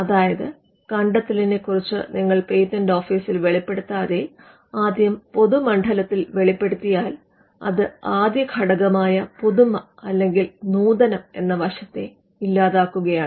അതായത് കണ്ടത്തെലിനെ കുറിച്ച് നിങ്ങൾ പേറ്റന്റ് ഓഫീസിൽ വെളിപ്പെടുത്താതെ ആദ്യം പൊതു മണ്ഡലത്തിൽ വെളിപ്പെടുത്തിയാൽ അത് ആദ്യ ഘടകമായ പുതുമ അല്ലെങ്കിൽ നൂതനം എന്ന വശത്തെ ഇല്ലാതാക്കുകയാണ്